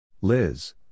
Liz